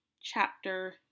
chapter